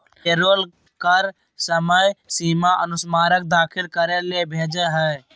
payroll कर समय सीमा अनुस्मारक दाखिल करे ले भेजय हइ